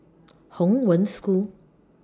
Hong Wen School